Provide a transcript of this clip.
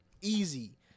easy